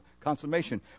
consummation